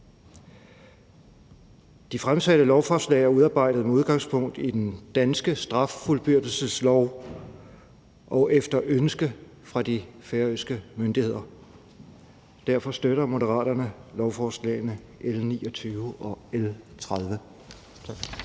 De fremsatte lovforslag er udarbejdet med udgangspunkt i den danske straffuldbyrdelseslov og efter ønske fra de færøske myndigheder. Derfor støtter Moderaterne lovforslagene nr. L 29 og L 30.